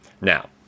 Now